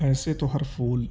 ایسے تو ہر پھول